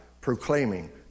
proclaiming